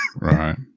Right